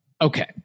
Okay